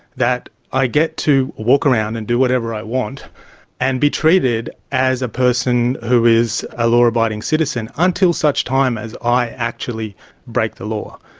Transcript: that i get to walk around and do whatever i want and be treated as a person who is a law-abiding citizen until such time as i actually break the law.